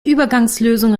übergangslösung